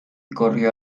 corrió